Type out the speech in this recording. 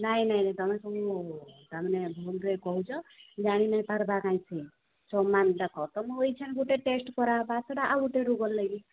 ନାଇଁ ନାଇଁ ନାଇଁ ତୁମେ ସବୁ ତୁମେ ଭୁଲ୍ରେ କହୁଛ ଜାନି ନାଇଁ ପାର୍ବା କାହିଁ ସେ ସମାନ ଦେଖ ତୁମେ ଏଇଛନ୍ ଗୋଟେ ଟେଷ୍ଟ କରାବା ସେଇଟା ଆଉ ଗୋଟେ ରୋଗର ଲାଗି